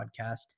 podcast